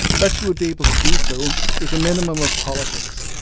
that you would be able to do so with a minimum of politics.